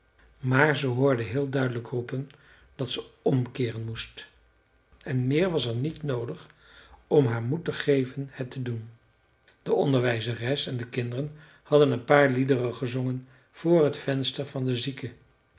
maar ze hoorde heel duidelijk roepen dat ze omkeeren moest en meer was er niet noodig om haar moed te geven het te doen de onderwijzeres en de kinderen hadden een paar liederen gezongen voor het venster van den zieke